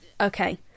okay